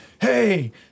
Hey